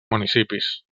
municipis